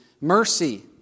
mercy